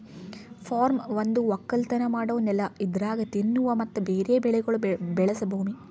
form ಒಂದು ಒಕ್ಕಲತನ ಮಾಡೋ ನೆಲ ಇದರಾಗ್ ತಿನ್ನುವ ಮತ್ತ ಬೇರೆ ಬೆಳಿಗೊಳ್ ಬೆಳಸ ಭೂಮಿ